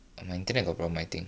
eh my internet got problem I think